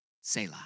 Selah